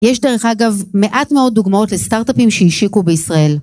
יש דרך אגב מעט מאות דוגמאות לסטארט-אפים שהשיקו בישראל.